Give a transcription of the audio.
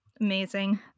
amazing